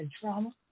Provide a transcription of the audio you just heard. trauma